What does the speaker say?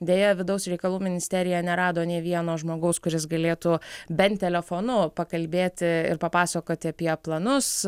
deja vidaus reikalų ministerija nerado nė vieno žmogaus kuris galėtų bent telefonu pakalbėti ir papasakoti apie planus